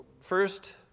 first